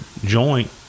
joint